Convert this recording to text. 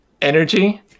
energy